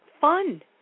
fun